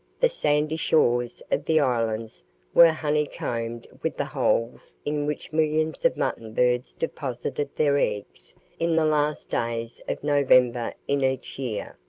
the sandy shores of the islands were honey-combed with the holes in which millions of mutton-birds deposited their eggs in the last days of november in each year.